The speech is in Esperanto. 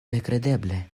nekredeble